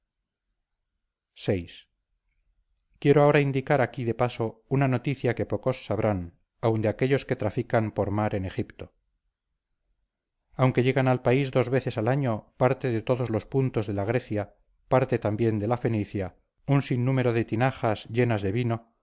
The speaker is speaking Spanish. vi quiero ahora indicar aquí de paso una noticia que pocos sabrán aun de aquellos que trafican por mar en egipto aunque llegan al país dos veces al año parte de todos los puntos de la grecia parte también de la fenicia un sinnúmero de tinajas llenas de vino